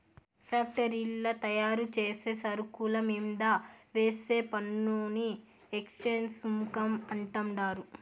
ఫ్యాక్టరీల్ల తయారుచేసే సరుకుల మీంద వేసే పన్నుని ఎక్చేంజ్ సుంకం అంటండారు